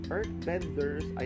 Earthbenders